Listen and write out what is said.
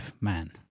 man